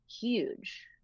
huge